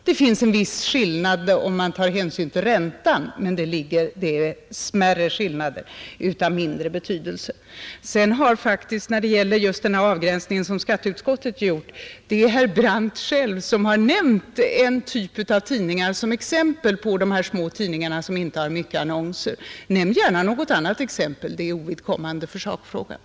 Det finns en viss skillnad om man tar hänsyn till räntan, men det har mindre betydelse, Beträffande den avgränsning som skatteutskottet har gjort: Det är herr Brandt själv som har nämnt en viss typ av tidningar som exempel på små tidningar som inte har mycket annonser. Nämn gärna något annat exempel — det är ovidkommande för sakfrågan!